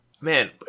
Man